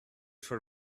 for